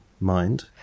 mind